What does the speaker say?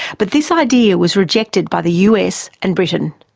but this idea was rejected by the us and britain.